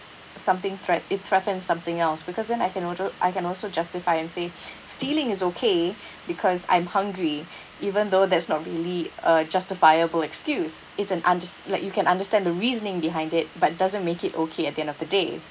something threat it threatens something else because then I can also I can also justify and say stealing is okay because I'm hungry even though there's not really a justifiable excuse it's an unders~ like you can understand the reasoning behind it but doesn't make it okay at the end of the day